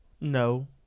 no